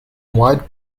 wide